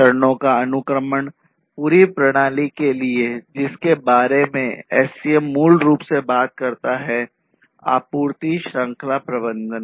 चरणों का अनुक्रमण पूरे प्रणाली के लिए है जिसके बारे में SCM मूल रूप से बात करता है आपूर्ति श्रृंखला प्रबंधन